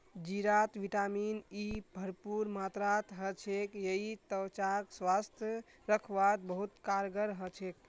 जीरात vitamin E भरपूर मात्रात ह छेक यई त्वचाक स्वस्थ रखवात बहुत कारगर ह छेक